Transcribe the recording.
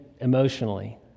emotionally